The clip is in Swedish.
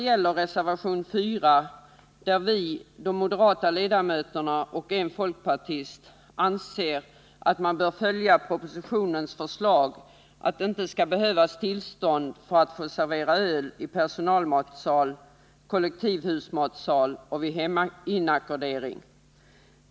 I reservation 4 föreslår vi, de moderata ledamöterna och en folkpartist att riksdagen skall följa propositionens förslag att det inte skall behövas tillstånd för att få servera öl i personalmatsal, i kollektivhusmatsal och vid heminackordering.